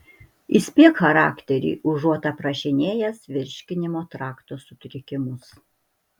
įspėk charakterį užuot aprašinėjęs virškinimo trakto sutrikimus